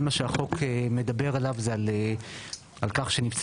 כל מה שהחוק מדבר עליו זה על כך שנבצר